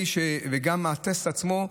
וגם הטסט עצמו,